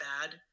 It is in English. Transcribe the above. bad